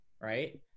right